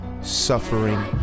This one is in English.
suffering